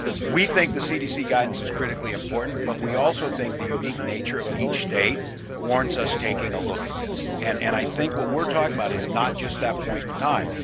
we think the cdc guidance is critically important, but we also think the unique flair of each states warrants us taking a look at this. and and i think what we're talking about is not just that point in time,